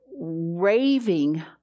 raving